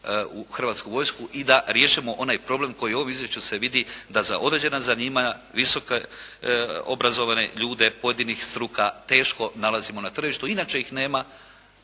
u Hrvatsku vojsku i da riješimo onaj problem koji u ovom Izvješću se vidi da za određena zanimanja, visoko obrazovane ljude pojedinih struka teško nalazimo na tržištu. Inače ih nema